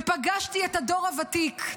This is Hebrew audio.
ופגשתי את הדור הוותיק,